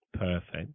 Perfect